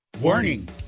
Warning